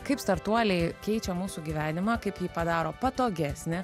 kaip startuoliai keičia mūsų gyvenimą kaip jį padaro patogesnį